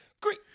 Great